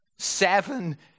Seven